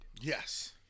Yes